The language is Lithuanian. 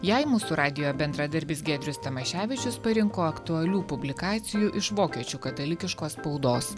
jei mūsų radijo bendradarbis giedrius tamaševičius parinko aktualių publikacijų iš vokiečių katalikiškos spaudos